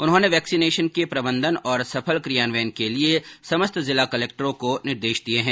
उन्होंने वैक्सीनेशन के प्रबंधन और सफल क्रियान्वयन के लिए समस्त जिला कलक्टरों को निर्देश दिए हैं